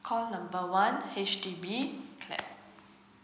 call number one H_D_B